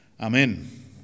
Amen